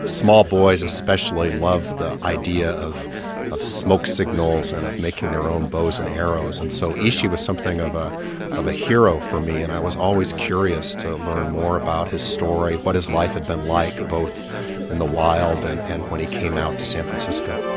small boys especially love the idea of of smoke signals and of making their own bows and arrows, and so ishi was something of ah of a hero for me and i was always curious to learn more about his story, what his life had been like, both in the wild and and when he came out to san francisco.